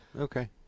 Okay